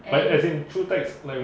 a as in through text like